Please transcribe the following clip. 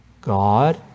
God